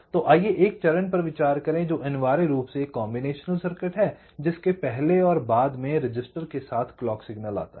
तो आइए एक चरण पर विचार करें जो अनिवार्य रूप से एक कॉम्बिनेशनल सर्किट है जिसके पहले और बाद में रजिस्टर के साथ क्लॉक सिग्नल आता है